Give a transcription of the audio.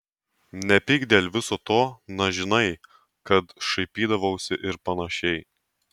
nepyk dėl viso to na žinai kad šaipydavausi ir panašiai